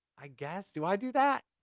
i guess. do i do that?